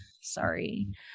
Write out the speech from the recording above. Sorry